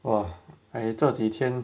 !wah! I 这几天